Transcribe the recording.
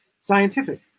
scientific